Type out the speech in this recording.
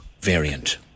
variant